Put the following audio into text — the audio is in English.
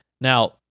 Now